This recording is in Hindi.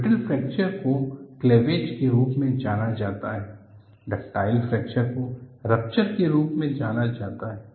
ब्रिटल फ्रैक्चर को क्लैवेज के रूप में जाना जाता है डक्टाइल फ्रैक्चर को रप्चर के रूप में भी जाना जाता है